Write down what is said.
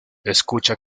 escucha